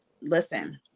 listen